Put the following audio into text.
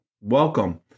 Welcome